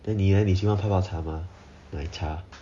then 你 leh 你喜欢泡泡茶 mah 奶茶